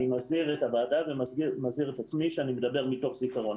אני מזהיר את הוועדה ומזהיר את עצמי שאני מדבר מתוך זיכרון.